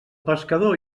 pescador